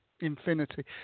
infinity